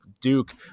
Duke